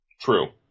True